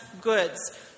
goods